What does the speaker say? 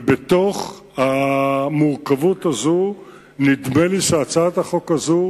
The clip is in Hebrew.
ובתוך המורכבות הזאת נדמה לי שהצעת החוק הזאת